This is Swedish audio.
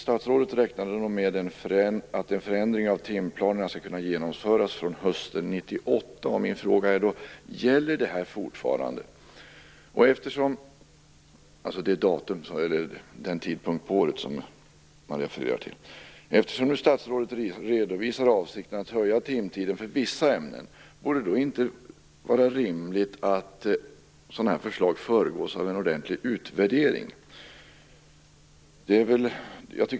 Statsrådet räknade då med att en förändring av timplanerna skulle kunna genomföras från hösten 1998. Min fråga är: Gäller denna tidpunkt fortfarande? Statsrådet redovisar nu avsikten att öka timtiden för vissa ämnen. Är det inte rimligt att sådana förslag föregås av en ordentlig utvärdering?